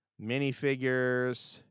minifigures